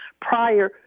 prior